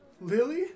Lily